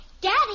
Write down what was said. Daddy